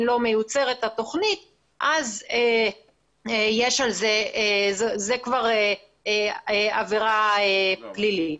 לא מיוצרת התוכנית אז זה כבר עבירה פלילית.